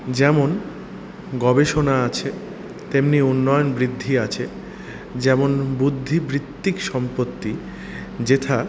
যেমন গবেষণা আছে তেমনি উন্নয়ন বৃদ্ধি আছে যেমন বুদ্ধিবৃত্তিক সম্পত্তি যেথা